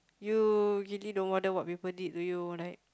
you really don't wonder what people did to you right